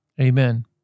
amen